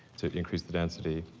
to increase the density,